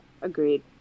agreed